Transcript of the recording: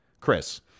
Chris